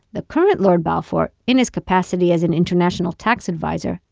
the current lord balfour, in his capacity as an international tax advisor,